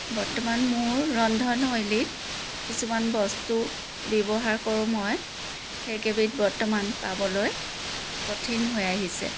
বৰ্তমান মোৰ ৰন্ধন শৈলীত কিছুমান বস্তু ব্যৱহাৰ কৰোঁ মই সেইকেইবিধ বৰ্তমান পাবলৈ কঠিন হৈ আহিছে